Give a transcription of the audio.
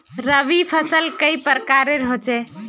रवि फसल कई प्रकार होचे?